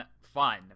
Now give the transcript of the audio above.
fun